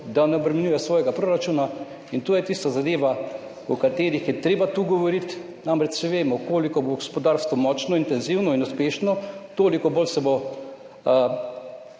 da ne obremenjuje svojega proračuna. To je tista zadeva, o kateri je treba tu govoriti, namreč vsi vemo, koliko bo gospodarstvo močno, intenzivno in uspešno toliko bolj se bo